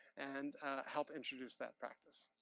and help introduce that practice.